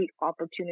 opportunity